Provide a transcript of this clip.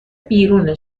بیرون